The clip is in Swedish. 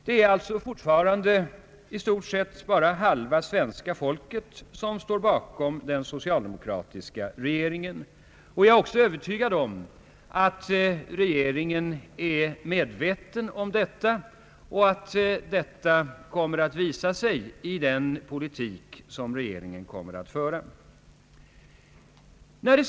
Det är alltså fortfarande i stort sett bara halva svenska folket som står bakom den socialdemokratiska regeringen. Jag är också övertygad om att regeringen är medveten om detta och att det kommer att visa sig i regeringens framtida politik.